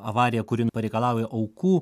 avariją kuri pareikalauja aukų